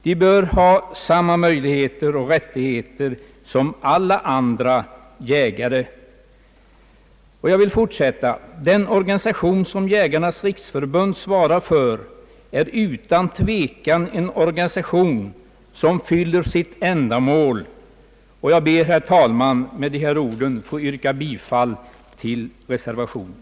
De bör ha samma möjligheter och rättigheter som alla andra jägare! Och jag vill tillägga: Jägarnas riksförbund är utan tvivel en organisation som fyller sitt ändamål! Herr talman! Jag ber att med dessa ord få yrka bifall till reservationen.